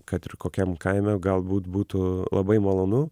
kad ir kokiam kaime galbūt būtų labai malonu